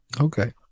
Okay